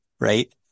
right